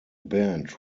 band